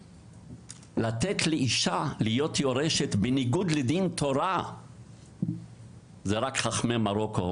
לתת לאישה להיות יורשת בניגוד לדין תורה זה רק חכמי מרוקו